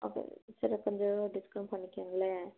okay sir கொஞ்சம் discount பண்ணிக்கங்களேன்